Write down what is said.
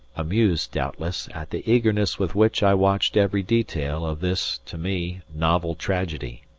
amused doubtless at the eagerness with which i watched every detail of this, to me, novel tragedy.